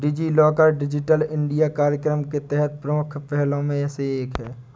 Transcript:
DigiLocker digital India कार्यक्रम के तहत प्रमुख पहलों में से एक है